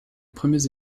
premiers